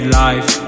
life